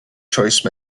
choice